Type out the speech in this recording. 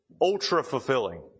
ultra-fulfilling